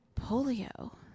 Polio